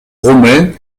romain